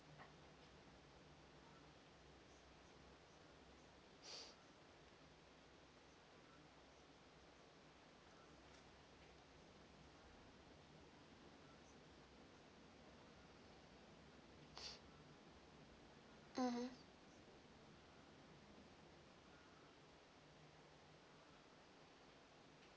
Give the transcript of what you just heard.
mmhmm